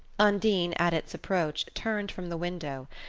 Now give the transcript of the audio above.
undine, at its approach, turned from the window,